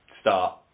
start